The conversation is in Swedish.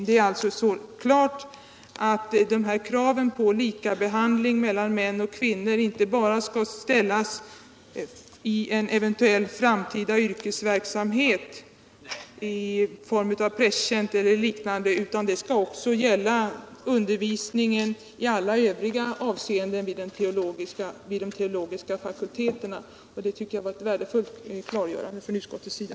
Det är alltså helt klart att kravet på likabehandling av män och kvinnor inte bara skall ställas i samband med undervisning för en eventuell framtida yrkesverksamhet i form av prästtjänst eller liknande. Kravet gäller sedan vid undervisningen i stort vid de teologiska fakulteterna, och det tycker jag var ett värdefullt klargörande från utskottets sida.